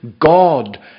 God